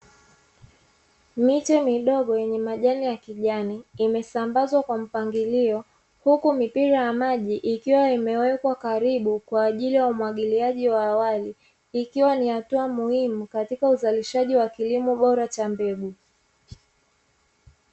Miche midogo yenye majani ya kijani imesambazwa kwa mpangilio, huku mipira ya maji ikiwa imewekwa karibu kwa ajili ya umwagiliaji wa awali ikiwa ni hatua muhimu katika uzalishaji wa kilimo bora cha mbegu.